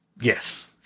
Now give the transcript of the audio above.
Yes